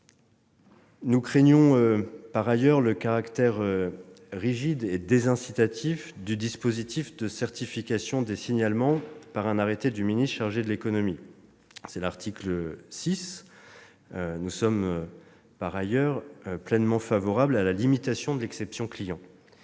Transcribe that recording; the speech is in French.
nous craignons le caractère rigide et désincitatif du dispositif de certification des signalements par un arrêté du ministre chargé de l'économie, à l'article 6. Nous sommes pleinement favorables à la limitation de « l'exception client